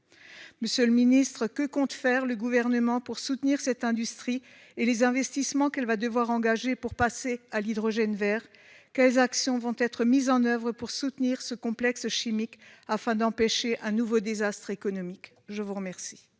Monsieur le ministre, que compte faire le Gouvernement pour soutenir cette industrie et les investissements qu'elle va devoir engager pour passer à l'hydrogène vert ? Quelles actions vont être mises en oeuvre pour soutenir ce complexe chimique, afin d'empêcher un nouveau désastre économique ? La parole